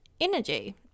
energy